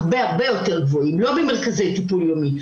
לא במרכזי טיפול יומי.